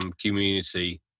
community